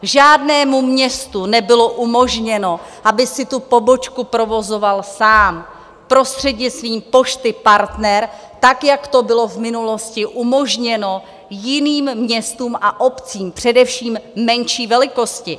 Žádnému městu nebylo umožněno, aby si pobočku provozovalo samo prostřednictvím Pošty Partner, tak jak to bylo v minulosti umožněno jiným městům a obcím, především menší velikosti.